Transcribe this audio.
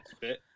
fit